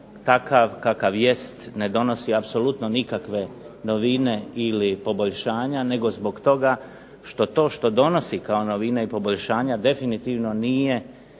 takav kakav jest ne donosi apsolutno nikakve novine ili poboljšanja, nego zbog toga što to što donosi kao novine i poboljšanja definitivno nije